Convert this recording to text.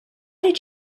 did